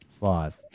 Five